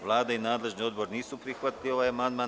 Vlada i nadležni odbor nisu prihvatili ovaj amandman.